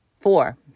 four